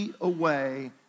away